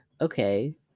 okay